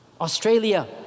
Australia